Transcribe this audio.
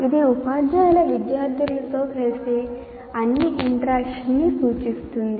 ఇది ఉపాధ్యాయులు విద్యార్థులతో చేసే అన్ని ఇంట్రాక్షన్స్ ని సూచిస్తుంది